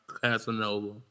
Casanova